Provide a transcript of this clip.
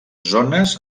zones